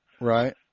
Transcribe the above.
Right